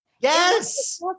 Yes